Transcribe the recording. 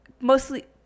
mostly